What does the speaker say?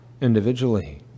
Individually